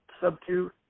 sub-two